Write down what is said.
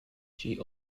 she